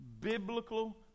biblical